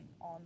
on